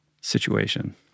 situation